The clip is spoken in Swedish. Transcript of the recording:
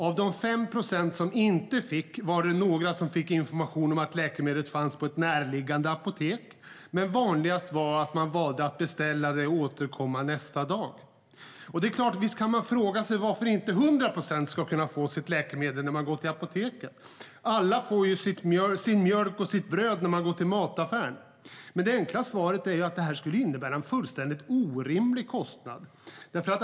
Av de 5 procent som inte fick sitt läkemedel fick några information om att läkemedlet fanns på ett närliggande apotek. Vanligast var dock att kunden valde att beställa läkemedlet och återkomma nästa dag. Visst kan man fråga sig varför inte 100 procent ska kunna få sitt läkemedel när de går till apoteket. Alla får ju sin mjölk och sitt bröd när de går till mataffären. Det enkla svaret är att det skulle innebära en fullständigt orimlig kostnad.